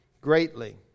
greatly